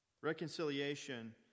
Reconciliation